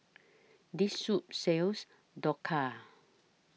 This Soup sells Dhokla